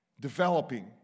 developing